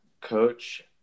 coach